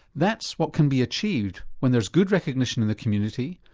that's what can be achieved when there's good recognition in the community,